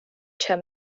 term